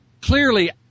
clearly